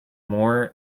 more